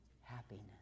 happiness